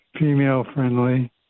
female-friendly